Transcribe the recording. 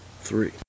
three